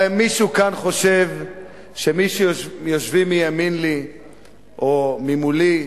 הרי מישהו כאן חושב שמי שיושבים מימין לי או ממולי,